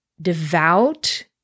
devout